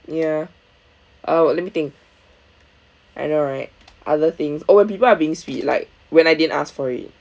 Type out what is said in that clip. ya uh let me think I know right other things oh when people are being sweet like when I didn't ask for it